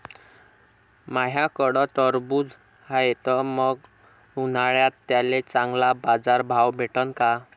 माह्याकडं टरबूज हाये त मंग उन्हाळ्यात त्याले चांगला बाजार भाव भेटन का?